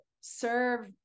serve